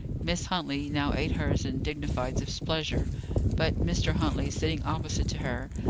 miss huntley now ate hers in dignified displeasure but mr. huntley, sitting opposite to her,